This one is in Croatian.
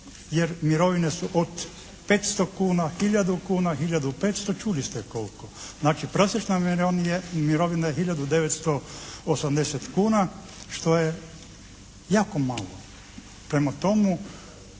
jer mirovine su od 500 kuna, hiljadu kuna, hiljadu 500, čuli ste koliko. Znači prosječna mirovina je hiljadu 980 kuna što je jako malo. Prema tome,